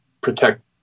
protect